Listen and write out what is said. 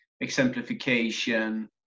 exemplification